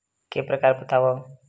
के प्रकार बतावव?